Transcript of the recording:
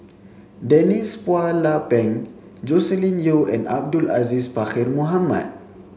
Denise Phua Lay Peng Joscelin Yeo and Abdul Aziz Pakkeer Mohamed